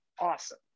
awesome